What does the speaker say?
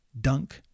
Dunk